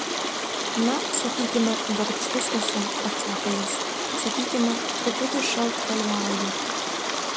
na sakykime darbštus esu atsakė jis sakykime truputį šaltkalviauju